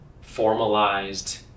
formalized